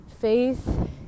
faith